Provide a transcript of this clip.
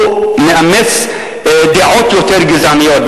הוא מאמץ דעות יותר גזעניות,